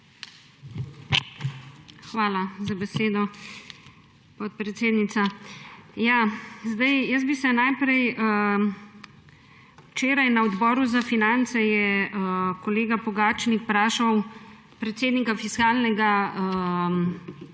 Hvala za besedo, podpredsednica. Včeraj na Odboru za finance je kolega Pogačnik vprašal predsednika Fiskalnega